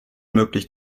möglich